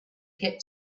get